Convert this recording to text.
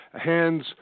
hands